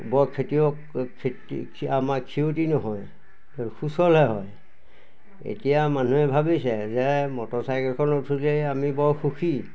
বৰ খেতিয়ক খেতি আমাৰ ক্ষতি নহয় সুচলহে হয় এতিয়া মানুহে ভাবিছে যে মটৰ চাইকেলখন উঠোঁতেই আমি বৰ সুখী